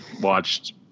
watched